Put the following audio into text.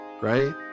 right